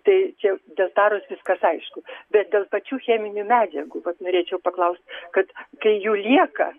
tai čia dėl taros viskas aišku bet dėl pačių cheminių medžiagų vat norėčiau paklaust kad kai jų lieka